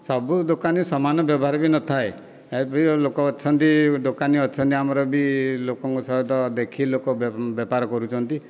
ସବୁ ଦୋକାନୀ ସମାନ ବ୍ୟବହାର ବି ନଥାଏ ଏଭଳି ଲୋକ ଅଛନ୍ତି ଦୋକାନୀ ଅଛନ୍ତି ଆମର ବି ଲୋକଙ୍କ ସହିତ ଦେଖି ଲୋକ ବେପାର କରୁଛନ୍ତି